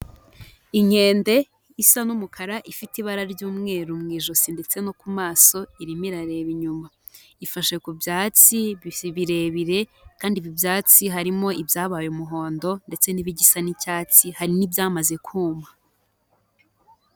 Inkende isa n'umukara ifite ibara ry'umweru mu ijosi ndetse no ku maso irimo irareba inyuma, ifashe ku byatsi birebire kandi ibyo ibyatsi harimo ibyabaye umuhondo ndetse n'ibicisa n'icyatsi hari n'ibyamaze kuma.